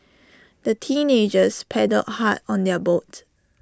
the teenagers paddled hard on their boat